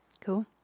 Cool